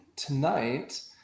tonight